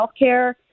healthcare